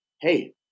Hey